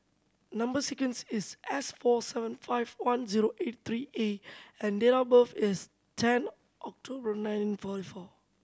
number sequence is S four seven five one zero eight three A and date of birth is ten October nineteen forty four